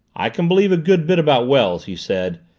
i can believe a good bit about wells, he said,